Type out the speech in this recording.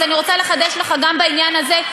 אז אני רוצה לחדש לך גם בעניין הזה.